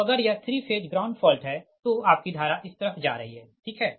तो अगर यह 3 फेज ग्राउंड फॉल्ट है तो आपकी धारा इस तरफ जा रही है ठीक है